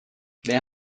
wer